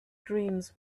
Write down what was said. dreams